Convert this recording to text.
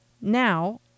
now